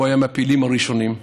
הוא היה מהפעילים הראשונים,